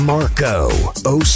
Marco